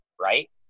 right